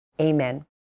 amen